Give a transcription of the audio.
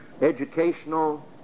educational